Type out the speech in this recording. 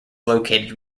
located